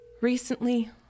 Recently